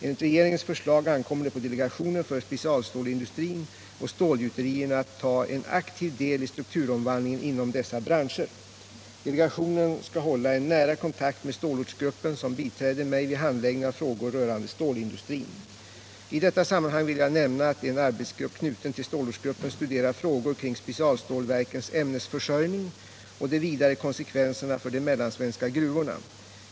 Enligt regeringens förslag ankommer det på delegationen för specialstålindustrin och stålgjuterierna att ta en aktiv del i strukturomvandlingen inom dessa branscher. Delegationen skall hålla en nära kontakt med stålortsgruppen som biträder mig vid handläggning av frågor rörande stålindustrin. I detta sammanhang vill jag nämna att en arbetsgrupp knuten till stålortsgruppen studerar frågor kring specialstålverkens ämnesförsörjning och de vidare konsekvenserna för de mellansvenska gruvorna.